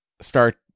start